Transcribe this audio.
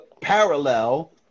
parallel